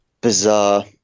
bizarre